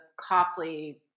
Copley